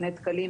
בני דקלים,